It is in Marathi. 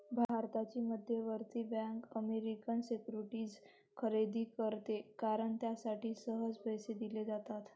भारताची मध्यवर्ती बँक अमेरिकन सिक्युरिटीज खरेदी करते कारण त्यासाठी सहज पैसे दिले जातात